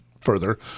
further